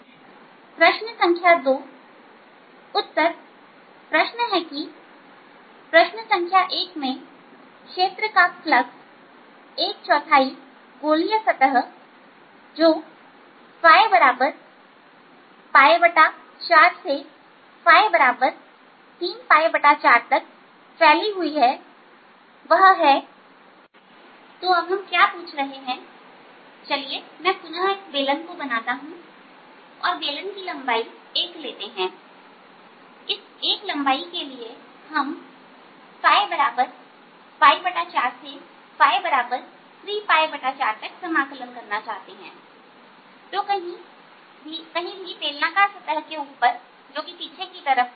प्रश्न संख्या 2 उत्तर प्रश्न है कि प्रश्न संख्या 1 में क्षेत्र का फ्लक्स एक चौथाई गोलीय सतह जो 4 से 34 तक फैली हुई है वह है तो अब हम क्या पूछ रहे हैं चलिए मैं पुनः इस बेलन को बनाता हूं और बेलन की लंबाई 1 लेते हैं इस 1 लंबाई के लिए हम 4 से 34 तक समाकलन करना चाहते हैं तो कहीं बेलनाकार सतह के ऊपर जो कि पीछे की तरफ है